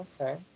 Okay